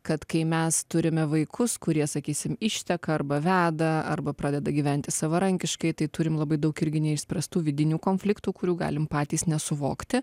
kad kai mes turime vaikus kurie sakysim išteka arba veda arba pradeda gyventi savarankiškai tai turime labai daug irgi neišspręstų vidinių konfliktų kurių galime patys nesuvokti